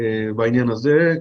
בעניין הזה.